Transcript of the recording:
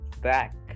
back